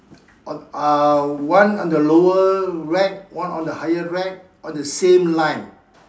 on uh one on the lower rack one on the higher rack on the same line